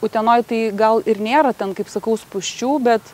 utenoj tai gal ir nėra ten kaip sakau spūsčių bet